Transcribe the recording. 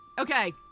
okay